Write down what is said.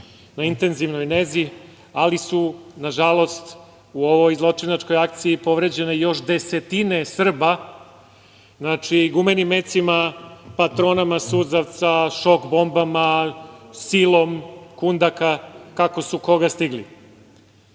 na intenzivnoj nezi, ali su, nažalost, u ovoj zločinačkoj akciji povređene još desetine Srba, znači, gumenim mecima, patronama suzavca, šok bombama, silom kundaka, kako su koga